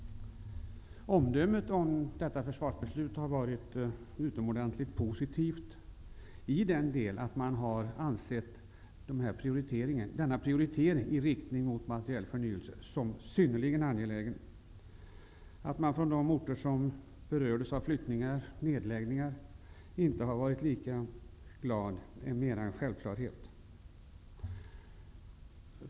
Omdömet om detta försvarsbeslut har varit utomordentligt positivt. Man har ansett att denna prioritering i riktning mot materiell förnyelse är synnerligen angelägen. Att man på de orter som berördes av flyttningar och nedläggningar inte har varit lika glad är en självklarhet.